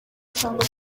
cyangwa